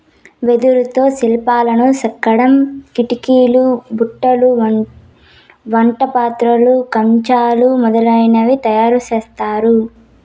వెదురుతో శిల్పాలను చెక్కడం, కిటికీలు, బుట్టలు, వంట పాత్రలు, కంచెలు మొదలనవి తయారు చేత్తారు